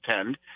attend